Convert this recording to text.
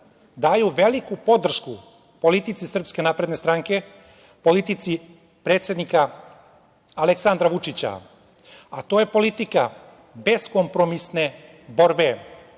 daju veliku podršku politici SNS, politici predsednika Aleksandra Vučića, a to je politika beskompromisne borbe